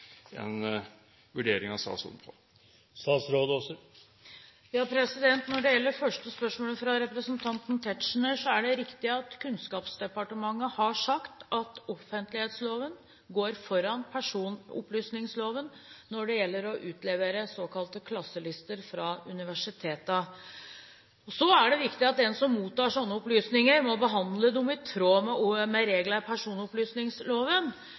en vurdering av statsråden på. Når det gjelder det første spørsmålet fra representanten Tetzschner, er det riktig at Kunnskapsdepartementet har sagt at offentlighetsloven går foran personopplysningsloven ved utlevering av såkalte klasselister fra universitetene. Så er det viktig at den som mottar slike opplysninger, må behandle dem i tråd med regler i personopplysningsloven. Så er det sånn at offentlighetsloven skal gjennomgås. Jeg er kjent med